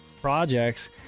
projects